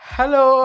Hello